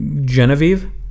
Genevieve